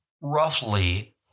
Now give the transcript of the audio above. roughly